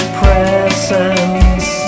presence